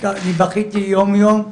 אני בכיתי יום יום,